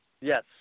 Yes